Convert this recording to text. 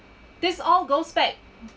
this all goes back